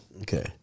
Okay